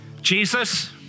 Jesus